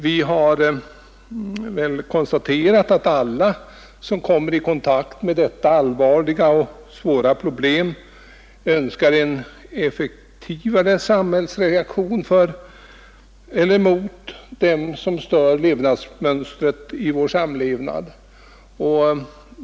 Vi har konstaterat att alla som kommer i kontakt med dessa allvarliga och svåra problem önskar en effektivare samhällsreaktion mot dem som stör levnadsmönstret i vår samlevnad.